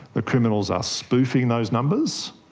the criminals are spoofing those numbers,